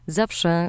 zawsze